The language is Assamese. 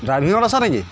ড্ৰাইভিঙত আছে নেকি